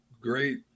great